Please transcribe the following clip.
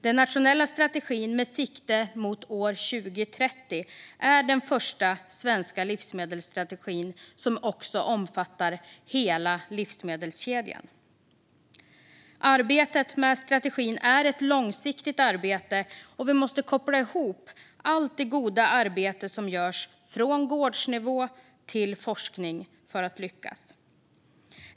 Den nationella strategin med sikte mot år 2030 är den första svenska livsmedelsstrategin som också omfattar hela livsmedelskedjan. Arbetet med strategin är ett långsiktigt arbete, och vi måste koppla ihop allt det goda arbete som görs - från gårdsnivå till forskning - för att lyckas.